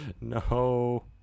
No